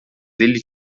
ele